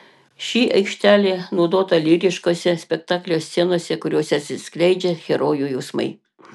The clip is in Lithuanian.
ši aikštelė naudota lyriškose spektaklio scenose kuriose atsiskleidžia herojų jausmai